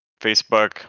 Facebook